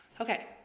Okay